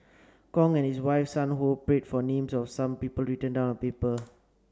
Kong and his wife Sun Ho prayed for names of some people written down on paper